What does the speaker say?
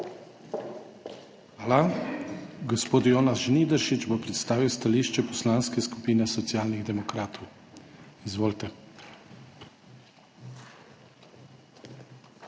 Hvala. Gospod Jonas Žnidaršič bo predstavil stališče Poslanske skupine Socialnih demokratov. Izvolite.